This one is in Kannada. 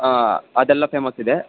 ಹಾಂ ಅದೆಲ್ಲ ಫೇಮಸ್ ಇದೆ